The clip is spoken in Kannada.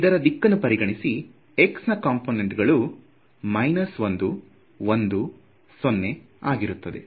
ಇದರ ದಿಕ್ಕನ್ನು ಪರಿಗಣಿಸಿ x ನ ಕಂಪೋನೆಂಟಗಳು 110 ಆಗಿರುತ್ತದೆ